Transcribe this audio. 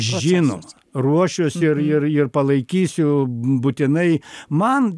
žinoma ruošiuosi ir ir ir palaikysiu būtinai man